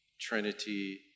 Trinity